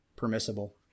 Permissible